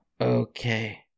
Okay